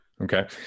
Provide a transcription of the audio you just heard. Okay